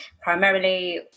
primarily